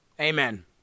Amen